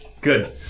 Good